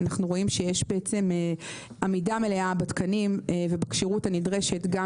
אנחנו רואים שיש עמידה מלאה בתקנים ובכשירות הנדרשת גם